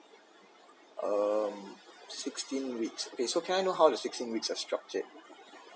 uh sixteen weeks okay so can I know how the sixteen weeks are structured